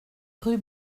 rue